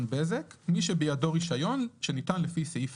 בזק" מי שבידו רישיון שניתן לפי סעיף